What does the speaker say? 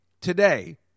today